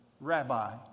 rabbi